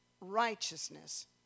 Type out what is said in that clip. righteousness